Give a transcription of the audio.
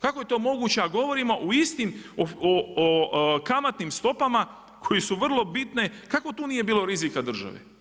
Kako je to moguće a govorimo o istim, kamatnim stopama koje su vrlo bitne, kako tu nije bilo rizika države?